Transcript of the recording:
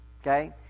okay